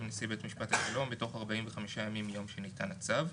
נשיא בית המשפט השלום בתוך 45 ימים מיום שניתן הצו.